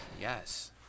Yes